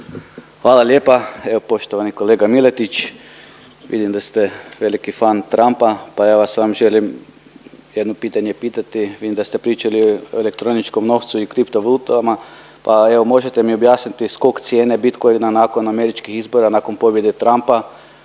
Hvala lijepa. Evo poštovani kolega Miletić, vidim da ste veliki fan Trumpa, pa ja vas samo želim jedno pitanje pitati, vidim da ste pričali o električnom novcu i kripto valutama, pa evo možete mi objasniti skok cijene bitcoina nakon američkih izbora nakon pobjede Trumpa